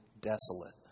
desolate